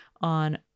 on